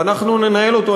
ואנחנו ננהל אותו,